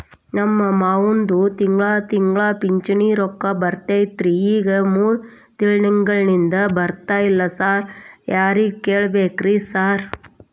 ನಮ್ ಮಾವಂದು ತಿಂಗಳಾ ತಿಂಗಳಾ ಪಿಂಚಿಣಿ ರೊಕ್ಕ ಬರ್ತಿತ್ರಿ ಈಗ ಮೂರ್ ತಿಂಗ್ಳನಿಂದ ಬರ್ತಾ ಇಲ್ಲ ಸಾರ್ ಯಾರಿಗ್ ಕೇಳ್ಬೇಕ್ರಿ ಸಾರ್?